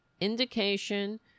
indication